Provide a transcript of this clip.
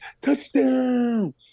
touchdown